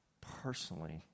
personally